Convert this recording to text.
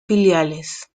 filiales